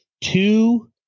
Two